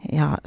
ja